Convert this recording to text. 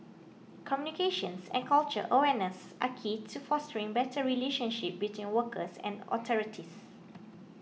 communications and cultural awareness are key to fostering better relationship between workers and authorities